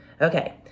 Okay